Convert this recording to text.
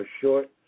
short